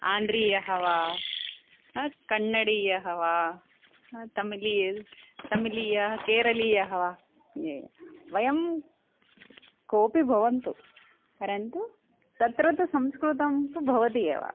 आन्द्रीयः वा कन्नडीयः वा तमिलि तमिलिय केरलीयः वा वयं कोऽपि भवन्तु परन्तु तत्र तु संस्कृतं तु भवति एव